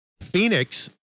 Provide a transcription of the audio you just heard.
Phoenix